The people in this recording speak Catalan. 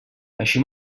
així